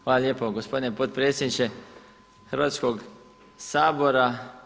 Hvala lijepo gospodine potporedsjedniče Hrvatskog sabora.